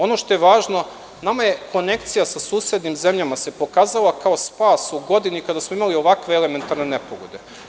Ono što je važno, nama se konekcija sa susednim zemljama pokazala kao spas u godini kada smo imali ovakve elementarne nepogode.